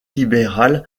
libéral